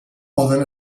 poden